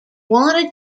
wanted